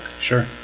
Sure